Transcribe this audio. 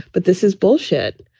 but this is bullshit,